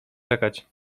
czekać